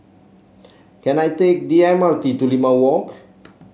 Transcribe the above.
can I take the M R T to Limau Walk